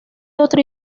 otro